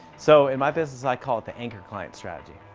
so, in my business, i call it the anchor client strategy.